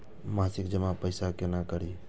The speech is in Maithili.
मासिक जमा पैसा केना करी?